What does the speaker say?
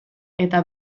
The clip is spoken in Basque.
eta